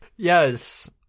Yes